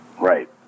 Right